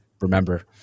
remember